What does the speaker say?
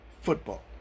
football